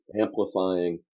amplifying